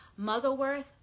Motherworth